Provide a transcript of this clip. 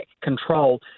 control